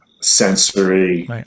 sensory